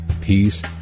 peace